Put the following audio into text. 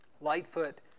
Lightfoot